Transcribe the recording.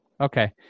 Okay